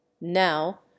Now